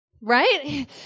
right